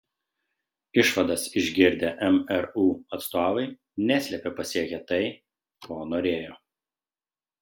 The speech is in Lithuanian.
išvadas išgirdę mru atstovai neslėpė pasiekę tai ko norėjo